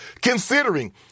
Considering